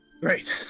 Great